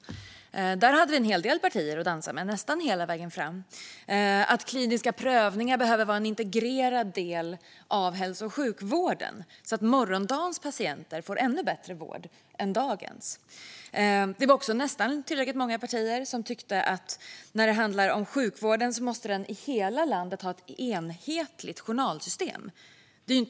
Där hade vi en hel del partier att dansa med, nästan hela vägen fram. Det handlade också om att kliniska prövningar behöver vara en integrerad del av hälso och sjukvården, så att morgondagens patienter får ännu bättre vård än dagens. Det var också nästan tillräckligt många partier som tyckte att sjukvården måste ha ett enhetligt journalsystem i hela landet.